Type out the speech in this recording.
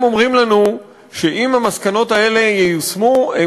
הם אומרים לנו שאם המסקנות האלה ייושמו הם